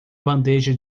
bandeja